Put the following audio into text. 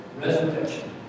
resurrection